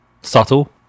subtle